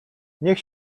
niech